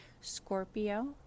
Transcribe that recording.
Scorpio